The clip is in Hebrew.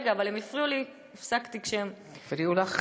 רגע, אבל הם הפריעו לי, הפסקתי כשהם, הפריעו לך